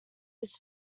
his